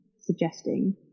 suggesting